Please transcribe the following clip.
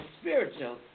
spiritual